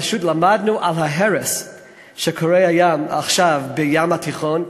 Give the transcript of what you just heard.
פשוט למדנו על ההרס שקורה עכשיו בים התיכון.